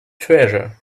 treasure